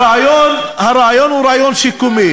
הרעיון הוא רעיון שיקומי.